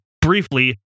briefly